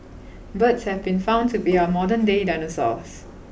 birds have been found to be our modern day dinosaurs